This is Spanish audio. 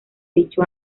dicho